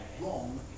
wrong